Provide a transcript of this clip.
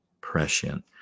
prescient